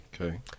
Okay